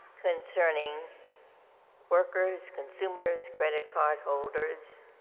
concerning workers, consumers, credit card holders